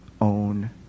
own